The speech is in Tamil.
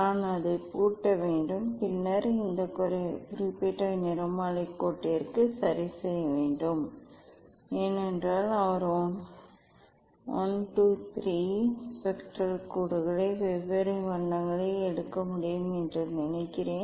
நான் அதைப் பூட்ட வேண்டும் பின்னர் இந்த குறிப்பிட்ட நிறமாலை கோட்டிற்கு சரி செய்ய வேண்டும் அதன் நிறத்தை கவனியுங்கள் ஏனென்றால் அவர் 1 2 3 ஸ்பெக்ட்ரல் கோடுகளை வெவ்வேறு வண்ணத்தில் எடுக்க முடியும் என்று நினைக்கிறேன்